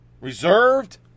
reserved